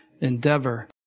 endeavor